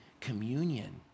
communion